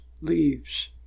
leaves